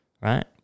right